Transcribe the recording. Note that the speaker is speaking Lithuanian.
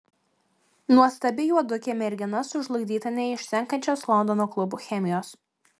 nuostabi juodukė mergina sužlugdyta neišsenkančios londono klubų chemijos